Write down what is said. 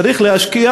צריך להשקיע,